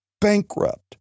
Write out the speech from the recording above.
bankrupt